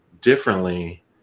differently